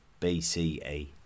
BCE